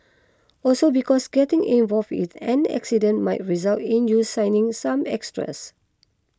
also because getting involved in an accident might result in you signing some extras